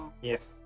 yes